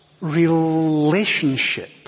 relationship